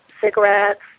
cigarettes